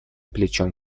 плечом